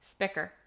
spicker